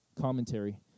commentary